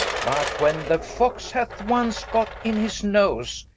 but when the fox hath once got in his nose,